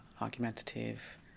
argumentative